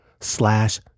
slash